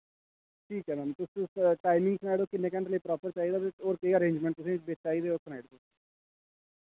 ठीक ऐ मैम तुस टाइमिंग सनाई ओड़ो किन्ने घैंटे लेई प्रापर चाहिदा ते होर केह् अरेंजमैंट तुसें गी चाहिदे ओह् सनाएओ